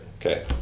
Okay